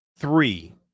Three